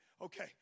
okay